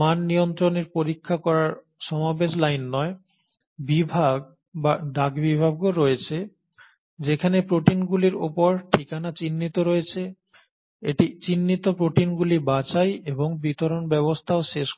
মান নিয়ন্ত্রণের পরীক্ষা করার সমাবেশ লাইন নয় বিভাগ বা ডাক বিভাগও রয়েছে যেখানে প্রোটিনগুলির ওপর ঠিকানা চিহ্নিত রয়েছে এটি চিহ্নিত প্রোটিনগুলি বাছাই এবং বিতরণ ব্যবস্থাও শেষ করে